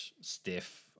Stiff